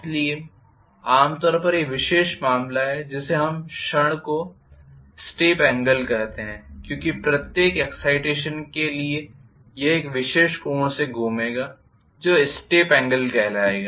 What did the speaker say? इसलिए आम तौर पर यह विशेष मामला है जिसे हम क्षण को स्टेप एंगल कहते हैं क्योंकि प्रत्येक एक्साइटेशन के लिए यह एक विशेष कोण से घूमेगा जो स्टेप एंगल कहलाएगा